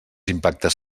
impactes